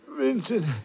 Vincent